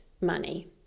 money